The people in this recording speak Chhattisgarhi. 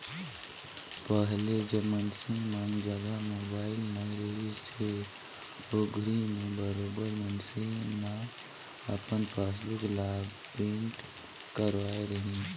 पहिले जब मइनसे मन जघा मोबाईल नइ रहिस हे ओघरी में बरोबर मइनसे न अपन पासबुक ल प्रिंट करवाय रहीन